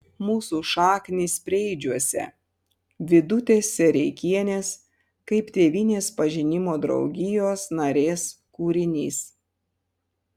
mūsų šaknys preidžiuose vidutės sereikienės kaip tėvynės pažinimo draugijos narės kūrinys